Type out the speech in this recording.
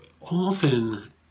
often